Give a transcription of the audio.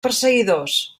perseguidors